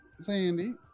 Sandy